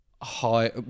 High